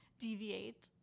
deviate